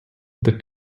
they